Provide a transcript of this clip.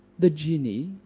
the genie,